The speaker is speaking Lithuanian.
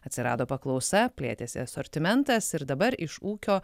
atsirado paklausa plėtėsi asortimentas ir dabar iš ūkio